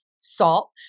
salt